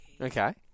Okay